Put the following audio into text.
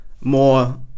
more